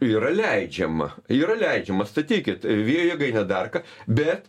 yra leidžiama yra leidžiama statykit vėjo jėgainę dar ką bet